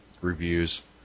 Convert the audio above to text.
reviews